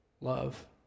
love